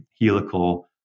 helical